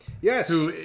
yes